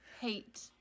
hate